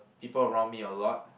people around me a lot